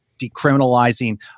decriminalizing